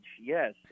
Yes